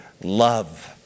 love